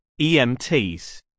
EMTs